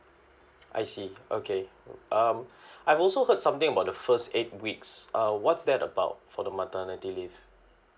I see okay um I've also heard something about the first eight weeks uh what's that about for the maternity leave